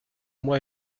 moi